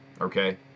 Okay